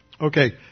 Okay